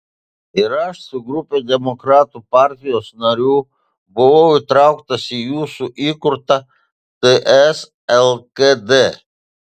ir aš su grupe demokratų partijos narių buvau įtrauktas į jūsų įkurtą ts lkd